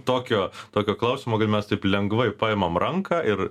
tokio tokio klausimo mes taip lengvai paimam ranką ir